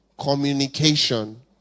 communication